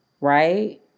Right